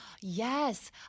Yes